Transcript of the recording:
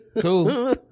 cool